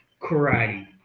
Karate